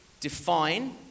define